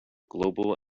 global